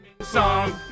Song